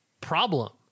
problem